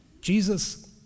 Jesus